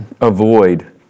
avoid